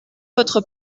votre